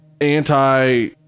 anti